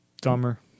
dumber